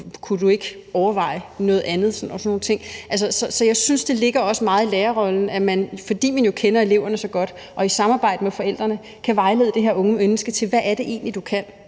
kunne du ikke overveje noget andet, og sådan nogle ting. Så jeg synes, at det også ligger meget i lærerrollen, at man, fordi man jo kender eleverne så godt, i samarbejde med forældrene kan vejlede det her unge menneske om, at hvad er det egentlig, du kan?